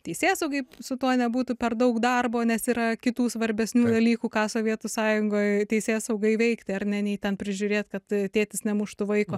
teisėsaugai su tuo nebūtų per daug darbo nes yra kitų svarbesnių dalykų ką sovietų sąjungoj teisėsaugai veikti ar ne nei ten prižiūrėt kad tėtis nemuštų vaiko